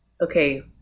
Okay